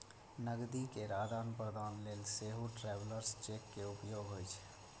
नकदी केर आदान प्रदान लेल सेहो ट्रैवलर्स चेक के उपयोग होइ छै